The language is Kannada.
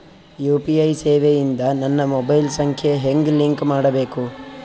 ಯು.ಪಿ.ಐ ಸೇವೆ ಇಂದ ನನ್ನ ಮೊಬೈಲ್ ಸಂಖ್ಯೆ ಹೆಂಗ್ ಲಿಂಕ್ ಮಾಡಬೇಕು?